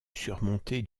surmonté